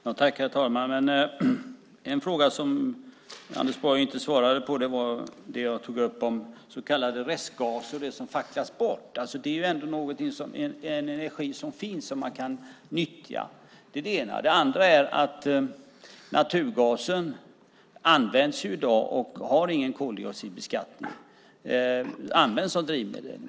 Herr talman! En fråga som Anders Borg inte svarade på var den jag tog upp om de så kallade restgaserna och det som facklas bort. Det är ändå energi som finns och som man kan nyttja. Det är det ena. Det andra är att naturgasen används i dag och inte har någon koldioxidbeskattning. Den används som drivmedel.